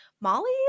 Molly